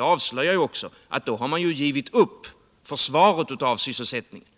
avslöjar att man givit upp försvaret av sysselsättningen.